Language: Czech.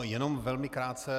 Jenom velmi krátce.